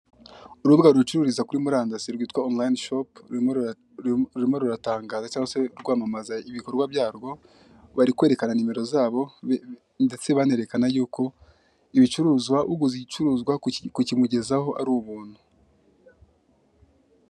Urubuga rucururiza kuri murandasi rwitwa onirayini shopu rurimo rurimo ruratangaza cyangwa se kwamamaza ibikorwa byarwo, Barikwerekana nimero zabo ndetse Banererekana y'uko ibicuruzwa uguze igicuruzwa kukimugezaho ari ubuntu.